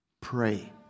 Pray